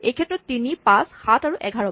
এইক্ষেত্ৰত তিনি পাঁচ সাত আৰু এঘাৰ